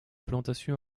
plantation